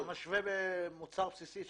אם אתה משווה למוצר הבסיסי,